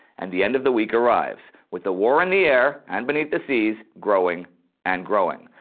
and the end of the week arrives, with the war in the air and beneath the seas growing and growing.